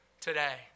today